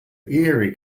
erie